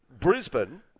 Brisbane